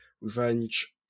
revenge